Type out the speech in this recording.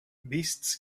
beasts